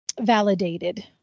validated